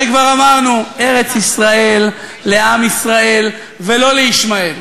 הרי כבר אמרנו: ארץ-ישראל לעם ישראל ולא לישמעאל,